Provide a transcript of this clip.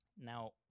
Now